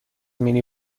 مینی